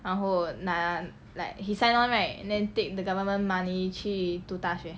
然后拿 like he sign on right and then take the government money 去读大学